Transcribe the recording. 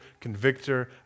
convictor